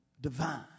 divine